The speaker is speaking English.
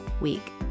week